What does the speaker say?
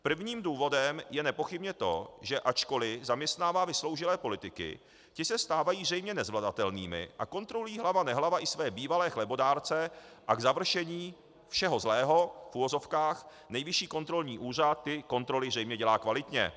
Prvním důvodem je nepochybně to, že ačkoli zaměstnává vysloužilé politiky, ti se stávají zřejmě nezvladatelnými a kontrolují hlava nehlava i své bývalé chlebodárce a k završení všeho zlého, v uvozovkách, Nejvyšší kontrolní úřad ty kontroly zřejmě dělá kvalitně.